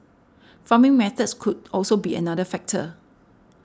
farming methods could also be another factor